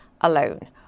alone